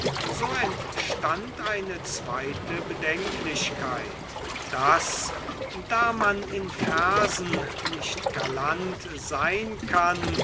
so entstand eine zweite bedenklichkeit daß da man in versen nicht galant sein kann